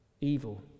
evil